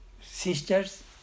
sisters